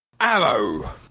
Arrow